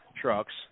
trucks